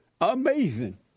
Amazing